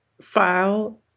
file